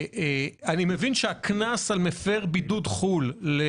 אני מבין שהקנס על מפר בידוד חו"ל אל